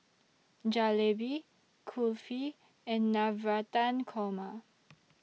Jalebi Kulfi and Navratan Korma